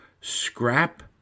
scrap